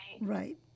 right